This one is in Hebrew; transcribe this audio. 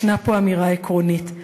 ישנה פה אמירה עקרונית.